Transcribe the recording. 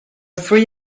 three